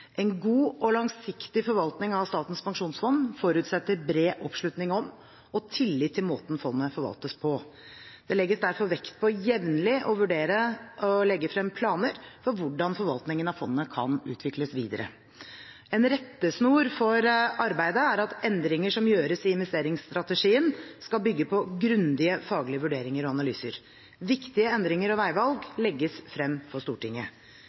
En god og langsiktig forvaltning av Statens pensjonsfond forutsetter bred oppslutning om og tillit til måten fondet forvaltes på. Det legges derfor vekt på jevnlig å vurdere og legge frem planer for hvordan forvaltningen av fondet kan utvikles videre. En rettesnor for arbeidet er at endringer som gjøres i investeringsstrategien, skal bygge på grundige faglige vurderinger og analyser. Viktige endringer og veivalg legges frem for Stortinget.